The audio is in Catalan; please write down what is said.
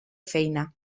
feina